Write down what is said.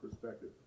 perspective